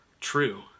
true